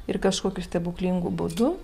ir kažkokiu stebuklingu būdu